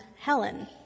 Helen